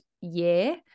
year